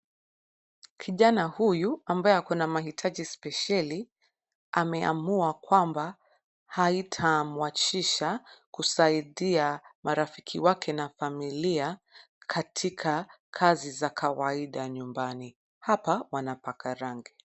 Kijana huyu ambaye akona mahitaji spesheli ameamua kwamba haitamuachisha kusaidia marafiki wake na familia katika kazi za kawaida nyumbani. Hapa wanapaka rangi.